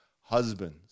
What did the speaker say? husbands